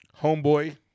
Homeboy